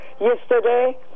yesterday